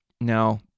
Now